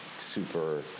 Super